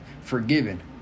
forgiven